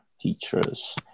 teachers